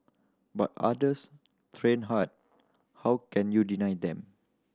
but others train hard how can you deny them